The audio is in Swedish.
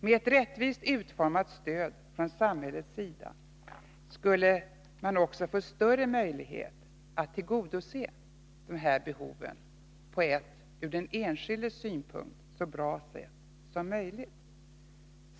Med ett rättvist utformat stöd från samhällets sida skulle man också få större möjlighet att tillgodose de här behoven på ett ur den enskildes synpunkt så bra sätt som möjligt.